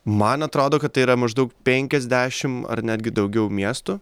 man atrodo kad tai yra maždaug penkiasdešimt ar netgi daugiau miestų